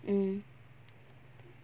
mm